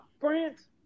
France